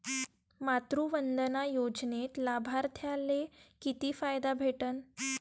मातृवंदना योजनेत लाभार्थ्याले किती फायदा भेटन?